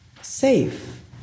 safe